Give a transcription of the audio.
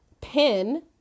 pin